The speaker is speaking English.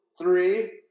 three